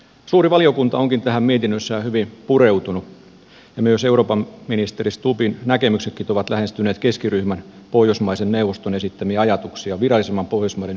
suuri valiokunta onkin tähän mietinnössään hyvin pureutunut ja myös eurooppaministeri stubbin näkemykset ovat lähestyneet keskiryhmän pohjoismaiden neuvostossa esittämiä ajatuksia virallisemmasta pohjoismaisesta yhteistyöstä